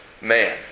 man